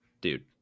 Dude